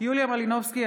יוליה מלינובסקי,